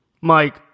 Mike